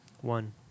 One